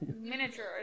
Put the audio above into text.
Miniature